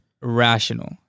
rational